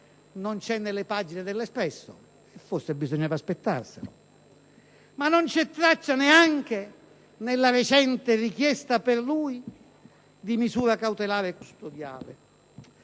non c'è nelle pagine de «L'Espresso» (forse bisognava aspettarselo), ma non c'è neanche nella recente richiesta per lui di misura cautelare custodiale.